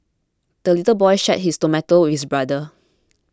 the little boy shared his tomato with his brother